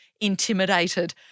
intimidated